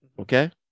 okay